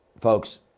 folks